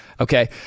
Okay